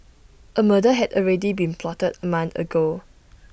A murder had already been plotted A month ago